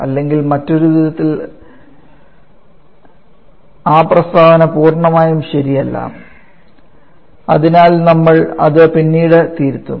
അല്ലെങ്കിൽ മറ്റൊരു വിധത്തിൽ ആ പ്രസ്താവന പൂർണ്ണമായും ശരിയല്ല അതിനാൽ നമ്മൾ അത് പിന്നീട് തിരുത്തും